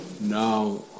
Now